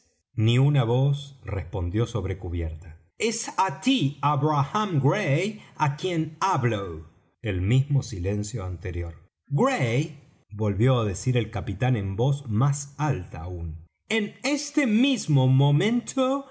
ni una voz respondió sobre cubierta es á tí abraham gray á quien hablo el mismo silencio anterior gray volvió á decir el capitán en voz más alta aún en este mismo momento